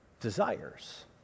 desires